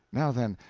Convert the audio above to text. now, then,